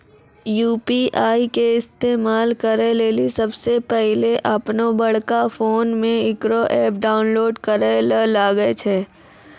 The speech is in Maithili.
यु.पी.आई के इस्तेमाल करै लेली सबसे पहिलै अपनोबड़का फोनमे इकरो ऐप डाउनलोड करैल लागै छै